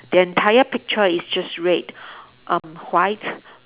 the entire picture is just red um white